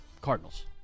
Cardinals